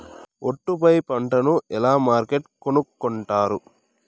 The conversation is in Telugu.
ఒట్టు పై పంటను ఎలా మార్కెట్ కొనుక్కొంటారు?